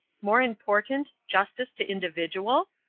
more important justice to individual?